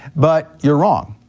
but you're wrong.